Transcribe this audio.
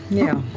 yeah.